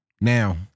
Now